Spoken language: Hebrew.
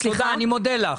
אני מודה לך.